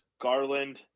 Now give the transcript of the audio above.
Garland